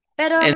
pero